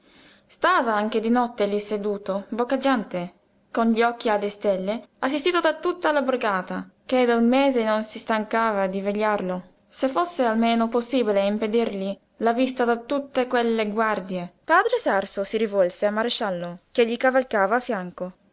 stava anche di notte lí seduto boccheggiante con gli occhi alle stelle assistito da tutta la borgata che da un mese non si stancava di vegliarlo se fosse almeno possibile impedirgli la vista di tutte quelle guardie padre sarso si rivolse al maresciallo che gli cavalcava a fianco